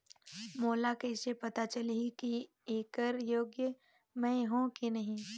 मोला कइसे पता चलही की येकर योग्य मैं हों की नहीं?